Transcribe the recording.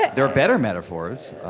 there are better metaphors.